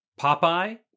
Popeye